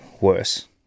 worse